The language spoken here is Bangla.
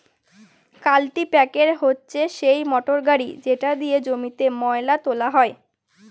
কাল্টিপ্যাকের হচ্ছে সেই মোটর গাড়ি যেটা দিয়ে জমিতে ময়লা তোলা হয়